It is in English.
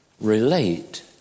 relate